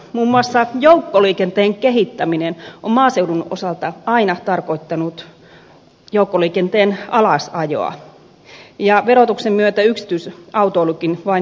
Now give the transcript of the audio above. muun muassa joukkoliikenteen kehittäminen on maaseudun osalta aina tarkoittanut joukkoliikenteen alasajoa ja verotuksen myötä yksityisautoilukin vain kallistuu